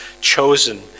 chosen